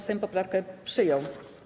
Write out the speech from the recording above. Sejm poprawkę przyjął.